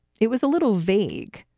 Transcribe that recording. it was a little vague.